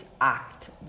act